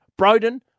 Broden